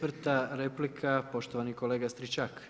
4 replika poštovani kolega Stričak.